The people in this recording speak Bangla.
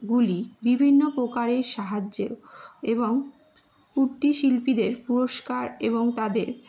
গুলি বিভিন্ন প্রকারের সাহায্যে এবং কুটির শিল্পীদের পুরস্কার এবং তাদের